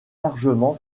largement